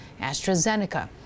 AstraZeneca